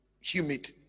humid